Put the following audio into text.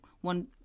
one